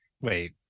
Wait